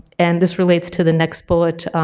and this relates to the next bullet.